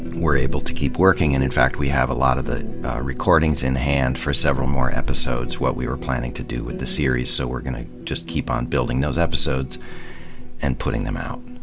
we're able to keep working, and in fact we have a lot of the recordings in hand for several more episodes, what we were planning to do with the series. so we're gonna just keep building those episodes and putting them out.